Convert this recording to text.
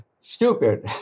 stupid